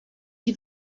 die